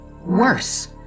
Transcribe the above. Worse